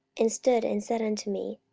and stood, and said unto me,